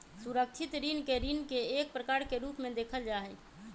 सुरक्षित ऋण के ऋण के एक प्रकार के रूप में देखल जा हई